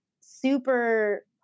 super